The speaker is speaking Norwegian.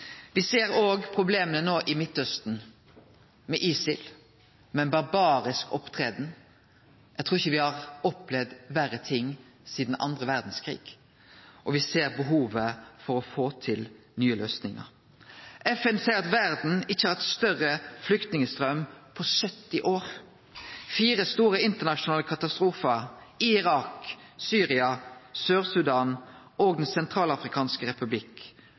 No ser me òg problem i Midt-Austen med ISIL, med ein barbarisk framferd. Eg trur ikkje me har opplevd verre ting sidan den andre verdskrigen, og me ser behovet for å få til nye løysingar. FN seier at verda ikkje har hatt større flyktningstraum på 70 år. Det er fire store internasjonale katastrofar: i Irak, i Syria, i Sør-Sudan og i Den sentralafrikanske